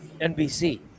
NBC